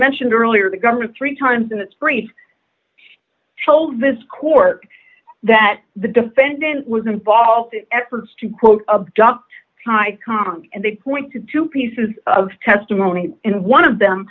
mentioned earlier the government three times and it's great told this court that the defendant was involved in efforts to quote abducted high con and they point to two pieces of testimony and one of them